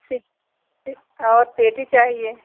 ठीक ठीक और पेटी चाहिए